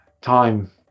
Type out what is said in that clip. Time